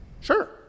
Sure